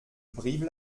brive